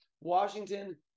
Washington